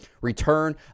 return